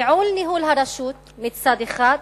ייעול ניהול הרשות מצד אחד,